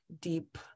deep